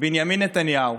בנימין נתניהו.